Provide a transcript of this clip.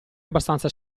abbastanza